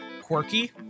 quirky